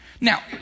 Now